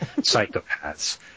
Psychopaths